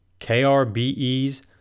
KRBE's